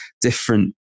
different